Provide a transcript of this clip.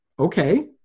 okay